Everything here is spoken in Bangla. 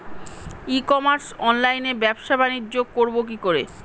ই কমার্স অনলাইনে ব্যবসা বানিজ্য করব কি করে?